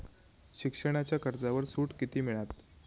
शिक्षणाच्या कर्जावर सूट किती मिळात?